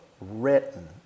written